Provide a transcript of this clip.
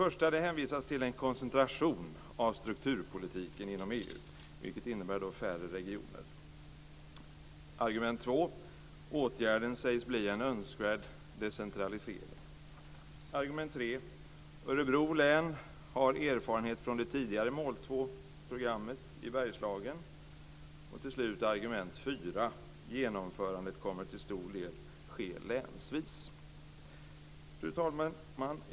Argument 1: Det hänvisas till en koncentration av strukturpolitiken inom EU, vilket innebär färre regioner. Argument 2: Åtgärden sägs bli en önskvärd decentralisering. Argument 3: Örebro län har erfarenhet från det tidigare mål 2-programmet i Bergslagen. Argument 4: Genomförandet kommer till stor del att ske länsvis. Fru talman!